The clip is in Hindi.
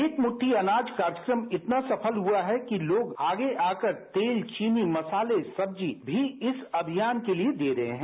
एक मुट्ठी अनाज कार्यक्रम इतना सफल हुआ है कि लोग आगे आकर तेल चीनी मसाले सब्जी भी इस अभियान के लिए दे रहे हैं